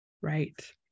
Right